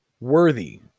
Worthy